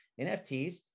NFTs